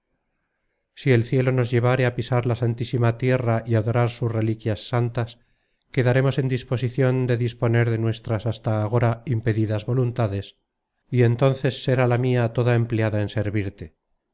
si el cielo nos llevare á pisar la santísima tierra y adorar sus reliquias santas quedaremos en disposicion de disponer de nuestras hasta agora impedidas voluntades y entonces será la mia toda empleada en servirte